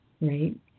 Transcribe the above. right